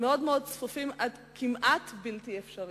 מאוד-מאוד צפופים, עד כמעט בלתי אפשריים.